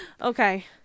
Okay